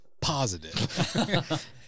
positive